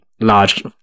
large